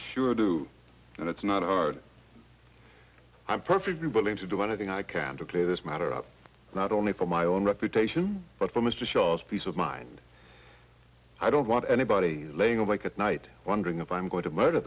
sure do and it's not art i'm perfectly willing to do anything i can to play this matter up not only for my own reputation but for mr shaw's peace of mind i don't want anybody laying awake at night wondering if i'm going to murder